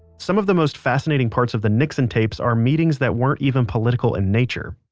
some of the most fascinating parts of the nixon tapes are meetings that weren't even political in nature.